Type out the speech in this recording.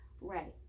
Right